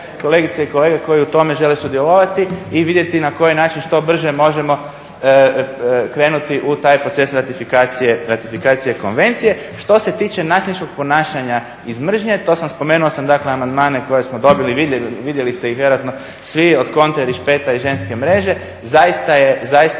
kolegice i kolege koji u tome žele sudjelovati i vidjeti na koji način što brže možemo krenuti u taj proces ratifikacije konvencije. Što se tiče nasilničkog ponašanja iz mržnje, spomenuo sam dakle amandmane koje smo dobili, vidjeli ste ih vjerojatno svi, od … i Ženske mreže, zaista je loše